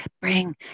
bring